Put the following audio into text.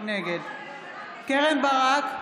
נגד קרן ברק,